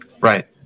Right